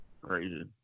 Crazy